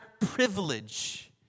privilege